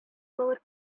our